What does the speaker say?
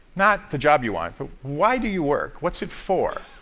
not the job you want, but why do you work? what's it for?